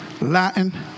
Latin